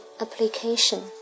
application